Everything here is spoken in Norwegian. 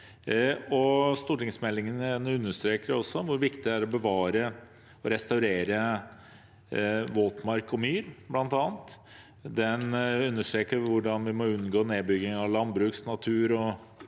Stortingsmeldingen understreker hvor viktig det er å bevare og restaurere våtmark og myr, bl.a. Den understreker hvordan vi må unngå nedbygging av landbruks-, natur-,